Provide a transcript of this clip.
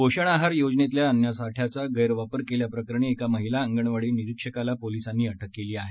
पोषण आहार योजनेतल्या अन्नसाठ्याचा गृद्ध्विवहार केल्याप्रकरणी एका महिला अंगणवाडी निरक्षकाला पोलीसांनी अटक केली आहे